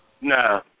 no